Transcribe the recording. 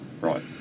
Right